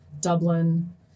Dublin